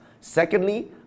Secondly